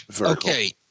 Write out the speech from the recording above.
Okay